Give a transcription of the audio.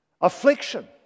affliction